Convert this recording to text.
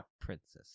Princess